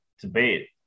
debate